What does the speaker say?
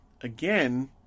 again